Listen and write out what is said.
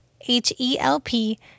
H-E-L-P